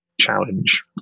challenge